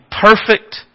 perfect